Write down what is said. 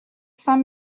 saint